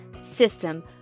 system